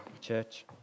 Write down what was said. church